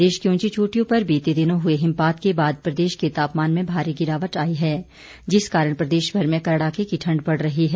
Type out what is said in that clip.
प्रदेश की उंची चोटियों पर बीते दिनों हुए हिमपात के बाद प्रदेश के तापमान में भारी गिरावट आई है जिस कारण प्रदेशभर में कड़ाके की ठंड पड़ रही है